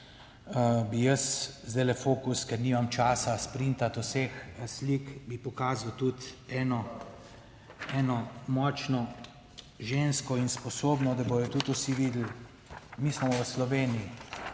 fokus, ker nimam časa sprintati vseh slik, bi pokazal tudi eno, eno močno žensko in sposobno, da bodo tudi vsi videli, mi smo v Sloveniji